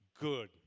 good